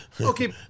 Okay